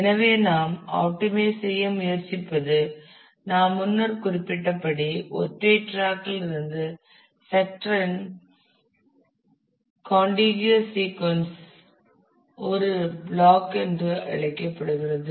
எனவே நாம் ஆப்டிமைஸ் செய்ய முயற்சிப்பது நான் முன்னர் குறிப்பிட்ட படி ஒற்றை ட்ராக் இல் இருந்து செக்டார் இன் கான்டிகியஸ் சீக்கொன்ஸ் ஒரு பிளாக் என்று அழைக்கப்படுகிறது